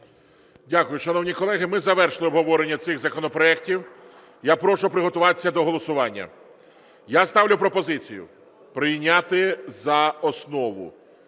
Дякую. Шановні колеги, ми завершили обговорення цих законопроектів. Я прошу приготуватися до голосування. Я ставлю пропозицію прийняти за основу